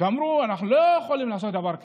ואמרו: אנחנו לא יכולים לעשות דבר כזה.